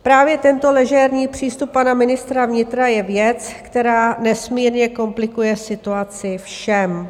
Právě tento ležérní přístup pana ministra vnitra je věc, která nesmírně komplikuje situaci všem.